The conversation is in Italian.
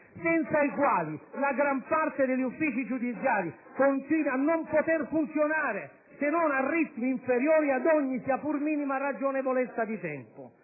senza i quali la gran parte degli uffici giudiziari continua a non poter funzionare, se non a ritmi inferiori ad ogni sia pur minima ragionevolezza. Tutte